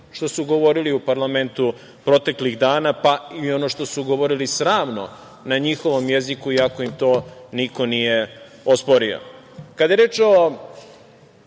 što su govorili u parlamentu proteklih dana, pa i ono što su govorili sramno na njihovom jeziku, iako im to niko nije osporio. Kada